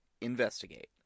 investigate